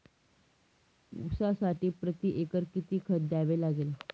ऊसासाठी प्रतिएकर किती खत द्यावे लागेल?